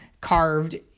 carved